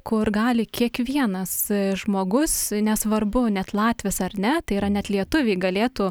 kur gali kiekvienas žmogus nesvarbu net latvis ar ne tai yra net lietuviai galėtų